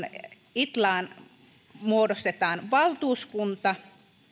itlaan muodostetaan valtuuskunta